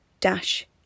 dash